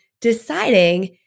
deciding